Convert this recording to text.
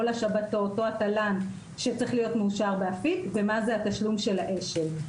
לשבתות או לתל"ן שצריך להיות מאושר באפיק ומה זה התשלום של האש"ל.